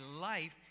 life